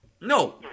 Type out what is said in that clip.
no